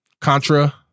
contra